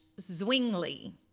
Zwingli